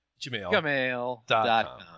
gmail.com